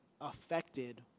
affected